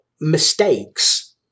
mistakes